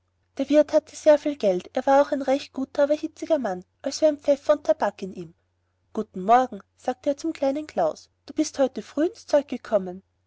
der wirt hatte sehr viel geld er war auch ein recht guter aber hitziger mann als wären pfeffer und tabak in ihm guten morgen sagte er zum kleinen klaus du bist heute früh ins zeug gekommen